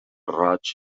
roig